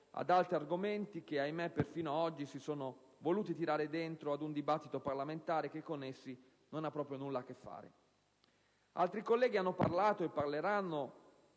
ad altri argomenti che, ahimè, perfino oggi si sono voluti tirare dentro ad un dibattito parlamentare che con essi non ha proprio nulla a che fare. Altri colleghi hanno parlato e parleranno